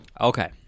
Okay